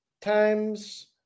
times